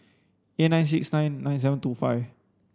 eight nine six nine nine seven two five